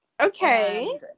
Okay